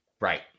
Right